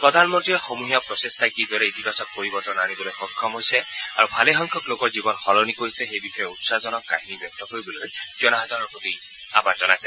প্ৰধানমন্ত্ৰীয়ে সমূহীয়া প্ৰচেষ্টাই কিদৰে ইতিবাচক পৰিবৰ্তন আনিবলৈ সক্ষম হৈছে আৰু ভালে সংখ্যক লোকৰ জীৱন সলনি কৰিছে সেই বিষয়ে উৎসাহজনক কাহিনী ব্যক্ত কৰিবলৈ জনসাধাৰণৰ প্ৰতি আহ্বান জনাইছে